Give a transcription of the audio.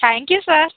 thank you sir